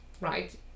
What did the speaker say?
right